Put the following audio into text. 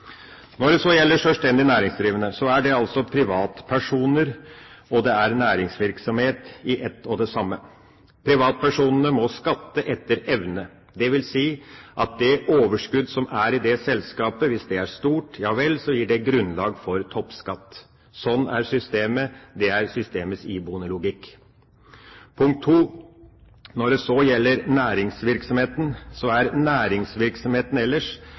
privatpersoner og næringsvirksomhet i ett og samme. Privatpersonene må skatte etter evne. Det betyr at hvis det overskuddet som er i selskapet, er stort, så gir det grunnlag for toppskatt. Sånn er systemet, det er systemets iboende logikk. Punkt nr. 2: Når det så gjelder næringsvirksomheten, er det slik at det er